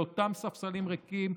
לאותם ספסלים ריקים,